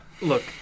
Look